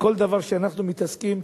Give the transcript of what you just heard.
בכל דבר שאנחנו מתעסקים,